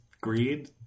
greed